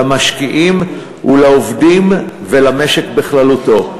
למשקיעים, לעובדים ולמשק בכללותו.